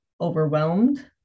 overwhelmed